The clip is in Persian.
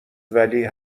ولی